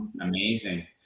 amazing